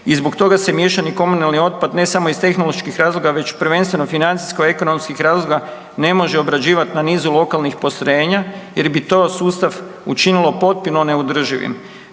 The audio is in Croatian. i zbog toga se miješani komunalni otpad ne samo iz tehnoloških razloga već prvenstveno financijsko ekonomskih razloga ne može obrađivat na nizu lokalnih postrojenja jer bi to sustav učinilo potpuno neodrživim.